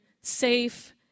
safe